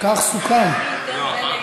כך סוכם.